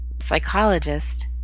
psychologist